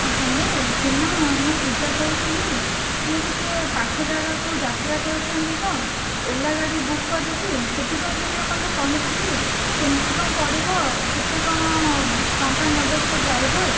hello Seema ହଁ ମୁଁ ପୂଜା କହୁଥିଲି ମୁଁ ଟିକିଏ ପାଖ ଜାଗାକୁ ଯାତ୍ରା କରିଥାନ୍ତି ତ ଓଲା ଗାଡ଼ି ବୁକ୍ କରିକି ସେଥିପାଇଁ ତୁ ଟିକିଏ ମୋତେ କହିବୁ କି କେମିତି କ'ଣ ପଡ଼ିବ କେତେ କ'ଣ ଟଙ୍କା ନେବେ ସେ ଡ୍ରାଇଭର